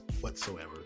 whatsoever